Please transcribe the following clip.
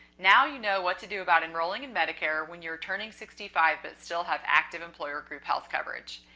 now you know what to do about enrolling in medicare when you're turning sixty five, but still have active employer group health coverage.